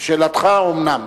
שאלת האומנם.